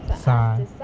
sun